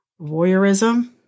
voyeurism